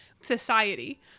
Society